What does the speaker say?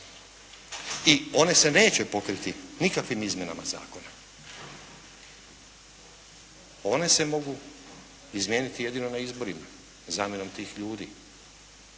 I one se neće pokriti nikakvim izmjenama zakona. One se mogu izmijeniti jedino na izborima, zamjenom tih ljudi.